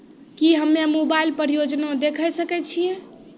की हम्मे मोबाइल पर योजना देखय सकय छियै?